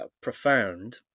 profound